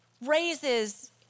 raises